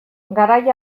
garai